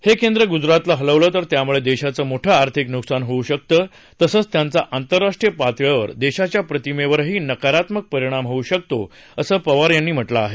हे केंद्र गुजरातला हलवलं तर त्यामुळे देशाचं मोठं आर्थिक नुकसान होऊ शकतं तसंच त्याचा आंतरराष्ट्रीय पातळीवर देशाच्या प्रतिमेवरही नकारात्मक परिणाम होऊ शकतो असं पवार यांनी म्हटलं आहे